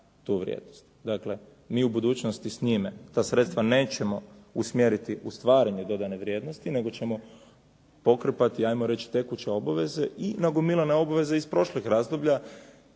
u budućnosti s njime ta sredstva nećemo usmjeriti u stvaranje dodane vrijednosti, nego ćemo pokrpati, hajmo reći tekuće obaveze i nagomilane obaveze iz prošlih razdoblja.